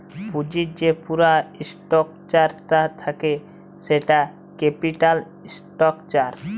পুঁজির যে পুরা স্ট্রাকচার তা থাক্যে সেটা ক্যাপিটাল স্ট্রাকচার